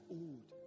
old